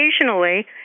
occasionally